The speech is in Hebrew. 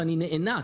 אני נאנק,